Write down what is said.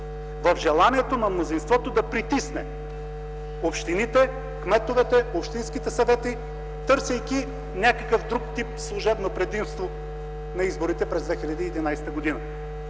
в желанието на мнозинството да притисне общините, кметовете, общинските съвети, търсейки някакъв друг тип служебно предимство на изборите през 2011 г.